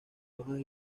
hojas